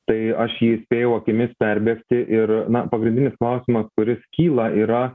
tai aš jį spėjau akimis perbėgti ir na pagrindinis klausimas kuris kyla yra